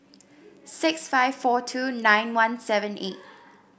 six five four two nine one seven eight